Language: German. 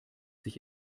sich